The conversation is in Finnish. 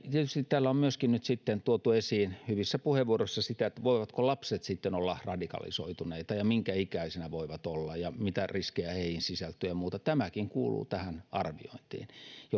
tietysti täällä on myöskin tuotu esiin hyvissä puheenvuoroissa sitä voivatko lapset sitten olla radikalisoituneita minkä ikäisenä voivat olla mitä riskejä heihin sisältyy ja muuta tämäkin kuuluu tähän arviointiin